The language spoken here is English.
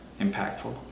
impactful